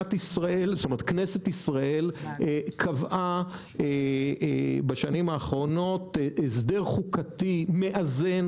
כנסת ישראל קבעה בשנים האחרונות הסדר חוקתי מאזן